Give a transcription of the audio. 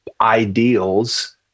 Ideals